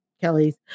Kelly's